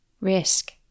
Risk